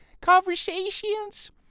Conversations